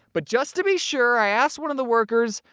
but just to be sure i asked one of the workers,